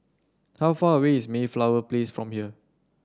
how far away is Mayflower Place from here